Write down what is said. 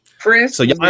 Chris